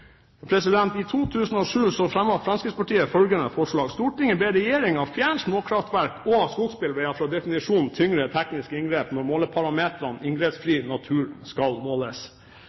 I 2007 fremmet Fremskrittspartiet følgende forslag: «Stortinget ber Regjeringen fjerne småkraftverk og rene skogsbilveier fra definisjonen «tyngre tekniske inngrep»